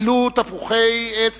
גידלו תפוחי עץ